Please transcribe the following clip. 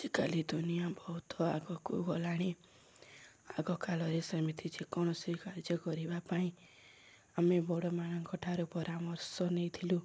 ଆଜିକାଲି ଦୁନିଆ ବହୁତ ଆଗକୁ ଗଲାଣି ଆଗକାାଳରେ ସେମିତି ଯେକୌଣସି କାର୍ଯ୍ୟ କରିବା ପାଇଁ ଆମେ ବଡ଼ ମାନଙ୍କ ଠାରୁ ପରାମର୍ଶ ନେଇଥିଲୁ